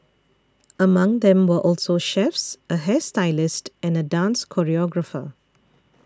among them were also chefs a hairstylist and a dance choreographer